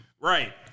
Right